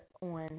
on